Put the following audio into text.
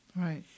Right